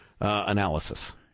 analysis